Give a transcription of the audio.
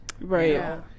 Right